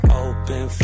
open